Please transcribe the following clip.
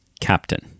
captain